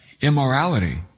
immorality